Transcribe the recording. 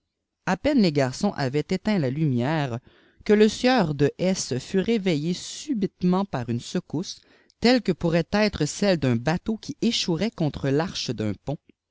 a peine les garçons avaient éteint la hn mière que le sieur de s fut réveillé subitement par une secdu se telle que pourrait être celle d'un bateau qui échouerait contre tarclie d'un pont